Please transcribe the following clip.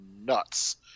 nuts